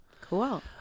Cool